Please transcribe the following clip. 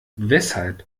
weshalb